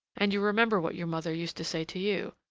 and you remember what your mother used to say to you.